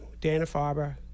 Dana-Farber